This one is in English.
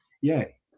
yay